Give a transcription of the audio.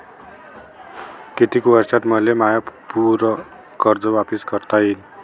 कितीक वर्षात मले माय पूर कर्ज वापिस करता येईन?